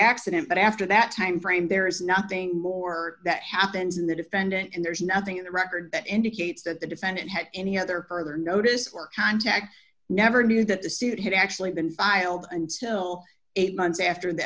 accident but after that timeframe there is nothing more that happens in the defendant and there's nothing in the record that indicates that the defendant had any other notice or contact never knew that the suit had actually been filed until eight months after the